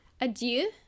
adieu